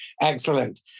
Excellent